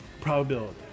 probability